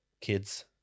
kids